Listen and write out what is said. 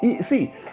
see